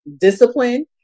discipline